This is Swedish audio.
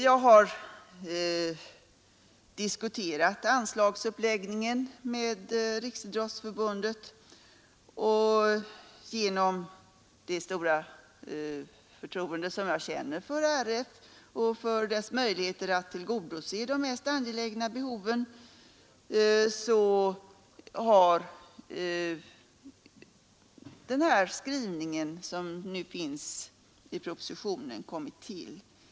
Jag har diskuterat anslagsuppläggningen med Riksidrottsförbundet, och på grundval av det stora förtroende som jag känner för RF och dess möjligheter att tillgodose de mest angelägna behoven har den här skrivningen, som nu finns i propositionen, kommit till.